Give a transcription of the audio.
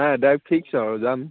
নাই direct fix আৰু যাম